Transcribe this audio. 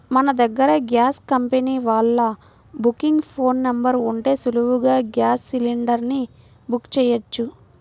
మన దగ్గర gas company వాళ్ళ బుకింగ్ ఫోన్ నెంబర్ ఉంటే సులువుగా గ్యాస్ సిలిండర్ ని బుక్ చెయ్యొచ్చు